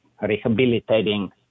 rehabilitating